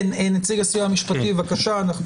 בבקשה.